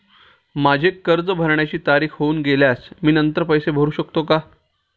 माझे कर्ज भरण्याची तारीख होऊन गेल्यास मी नंतर पैसे भरू शकतो का?